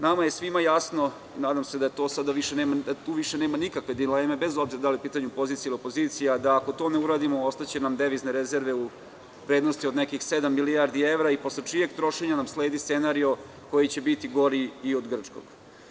Nama je svima jasno, nadam se da tu sada više nema nikakve dileme, bez obzira da li je u pitanju pozicija ili opozicija, da po tome uradimo devizne rezerve u vrednosti od nekih 7 milijardi evra i posle čijeg trošenja nam sledi scenario koji će biti gori i od grčkog.